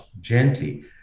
gently